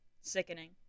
sickening